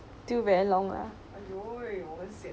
still very long ah